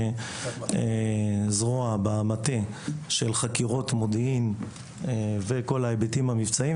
יש זרוע במטה של חקירות מודיעין וכל ההיבטים המבצעיים,